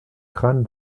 crâne